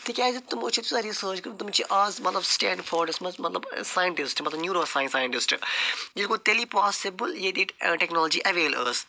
تِکیٛازِ تِمو چھِ ییٖژاہ ریٖسٲرٕچ کٔرمٕژ تِم چھِ آز مطلب سٕٹینٛڈفورڈس منٛز مطلب سایِنٹِسٹ مطلب نیوٗرو سایِنٹِسٹ یہِ گوٚو تیٚلی پاسِبٕل ییٚلہ ییٚتہِ ٹٮ۪کنالجی اٮ۪ویل ٲس